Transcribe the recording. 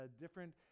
different